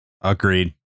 Agreed